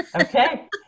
Okay